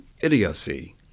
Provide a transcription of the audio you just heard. idiocy